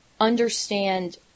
understand